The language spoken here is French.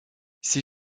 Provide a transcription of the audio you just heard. ces